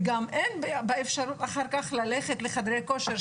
וגם אין אפשרות אחר כך ללכת לחדרי כושר,